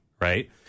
Right